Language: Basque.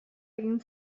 egin